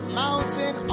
mountain